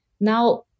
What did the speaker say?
Now